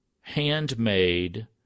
handmade